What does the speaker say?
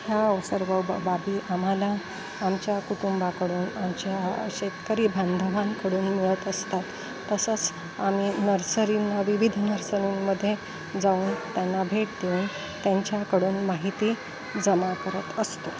ह्या अव सर्वबा बाबी आम्हाला आमच्या कुटुंबाकडून आमच्या शेतकरी बांधवांकडून मिळत असतात तसंच आम्ही नर्सरींना विविध नर्सरींमध्ये जाऊन त्यांना भेट देऊन त्यांच्याकडून माहिती जमा करत असतो